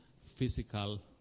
physical